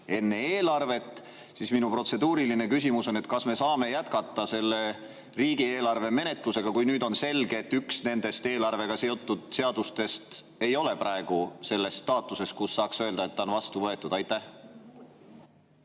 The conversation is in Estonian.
enne eelarvet, siis minu protseduuriline küsimus on: kas me saame jätkata riigieelarve menetlust, kui nüüd on selge, et üks nendest eelarvega seotud seadustest ei ole praegu selles staatuses, kus saaks öelda, et ta on vastu võetud? Aitäh,